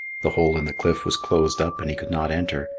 the hole in the cliff was closed up and he could not enter,